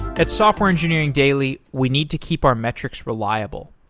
at software engineering daily, we need to keep our metrics reliable.